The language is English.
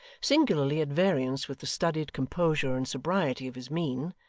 singularly at variance with the studied composure and sobriety of his mien,